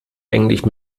eigentlich